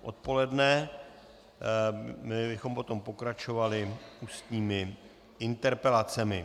Odpoledne bychom potom pokračovali ústními interpelacemi.